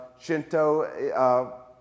Shinto